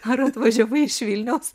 ar atvažiavai iš vilniaus